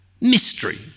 mystery